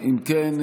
אם כן,